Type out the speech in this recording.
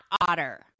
otter